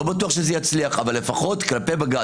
לא בטוח שזה יצליח אבל לפחות כלפי בג"ץ.